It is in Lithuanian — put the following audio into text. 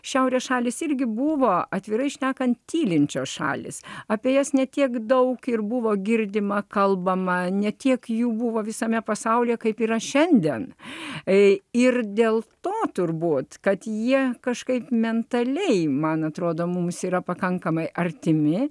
šiaurės šalys irgi buvo atvirai šnekant tylinčios šalys apie jas ne tiek daug ir buvo girdima kalbama ne tiek jų buvo visame pasaulyje kaip yra šiandien ei ir dėl to turbūt kad jie kažkaip mentaliai man atrodo mums yra pakankamai artimi